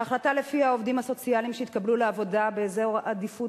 ההחלטה שלפיה העובדים הסוציאליים שיתקבלו לעבודה באזורי עדיפות